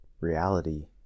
reality